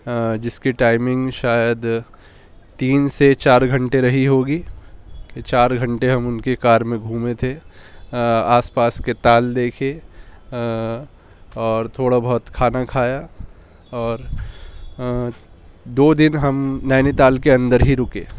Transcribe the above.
جس کی ٹائمنگ شاید تین سے چار گھنٹے رہی ہوگی کہ چار گھنٹے ہم ان کی کار میں گھومے تھے آس پاس کے تال دیکھے اور تھوڑا بہت کھانا کھایا اور دو دن ہم نینی تال کے اندر ہی رکے